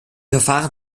verfahren